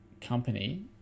company